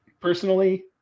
personally